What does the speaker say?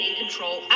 control